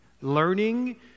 learning